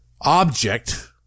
object